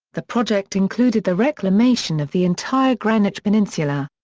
the project included the reclamation of the entire greenwich peninsula.